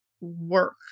work